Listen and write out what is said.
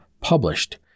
published